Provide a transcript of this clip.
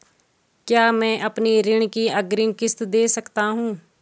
क्या मैं अपनी ऋण की अग्रिम किश्त दें सकता हूँ?